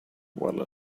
well